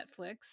Netflix